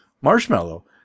marshmallow